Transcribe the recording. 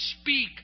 speak